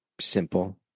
simple